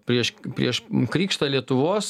prieš prieš krikštą lietuvos